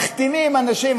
מחתימים אנשים,